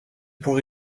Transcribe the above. pour